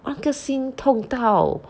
那个心痛到